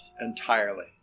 entirely